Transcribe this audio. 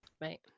Right